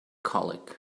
colic